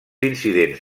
incidents